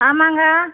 ஆமாம்ங்க